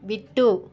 விட்டு